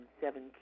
seven